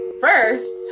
First